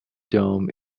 dome